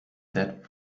that